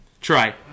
try